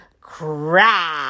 crap